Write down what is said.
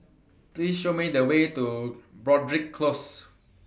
Please Show Me The Way to Broadrick Close